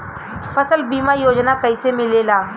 फसल बीमा योजना कैसे मिलेला?